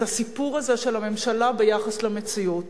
את הסיפור הזה של הממשלה ביחס למציאות.